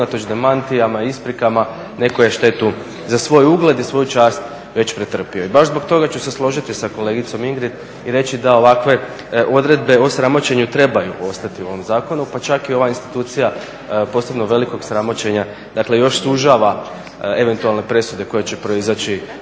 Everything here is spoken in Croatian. unatoč demantijima, isprikama netko je štetu za svoj ugled i svoju čast već pretrpio. I baš zbog toga ću se složiti sa kolegicom Ingrid i reći da ovakve odredbe o sramoćenju trebaju ostati u ovom zakonu pa čak i ova institucija posebno velikog sramoćenja još sužava eventualne presude koje će proizaći